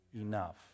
enough